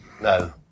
No